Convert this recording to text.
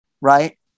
Right